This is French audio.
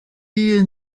est